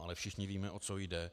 Ale všichni víme, o co jde.